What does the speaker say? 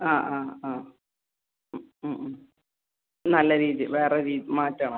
ആ ആ ആ ഉം ഉം ഉം നല്ല രീതി വേറെ രീതി മാറ്റണം